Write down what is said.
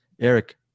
eric